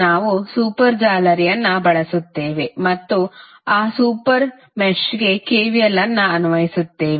ನಾವು ಸೂಪರ್ ಜಾಲರಿಯನ್ನು ಬಳಸುತ್ತೇವೆ ಮತ್ತು ಆ ಸೂಪರ್ ಮೆಶ್ಗೆ KVL ಅನ್ನು ಅನ್ವಯಿಸುತ್ತೇವೆ